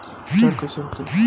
उपचार कईसे होखे?